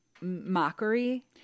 mockery